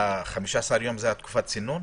15 הימים זה תקופת הצינון?